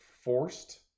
forced